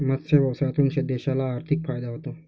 मत्स्य व्यवसायातून देशाला आर्थिक फायदा होतो